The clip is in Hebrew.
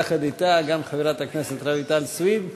יחד אתה גם חברת הכנסת רויטל סויד,